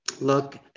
Look